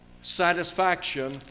satisfaction